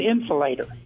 insulator